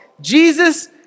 Jesus